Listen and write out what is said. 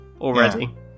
already